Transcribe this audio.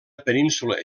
península